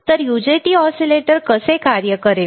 तर UJT oscillator कसे कार्य करेल